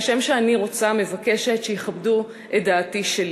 כשם שאני רוצה מבקשת שיכבדו את דעתי שלי,